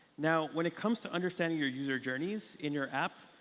now, when it comes to understanding your user journeys in your app,